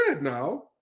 now